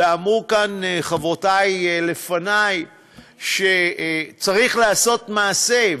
ואמרו כאן חברותי לפני שצריך לעשות מעשה,